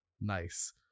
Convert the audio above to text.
Nice